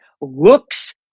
looks